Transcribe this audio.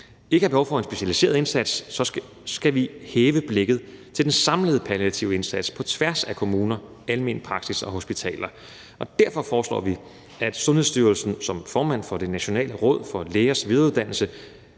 ikke har behov for en specialiseret indsats, skal vi hæve blikket til den samlede palliative indsats på tværs af kommuner, almen praksis og hospitaler. Derfor foreslår vi, at Sundhedsstyrelsen som formand for Det Nationale Råd for Lægers Videreuddannelse